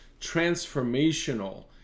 transformational